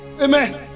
amen